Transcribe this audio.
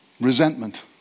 resentment